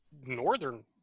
northern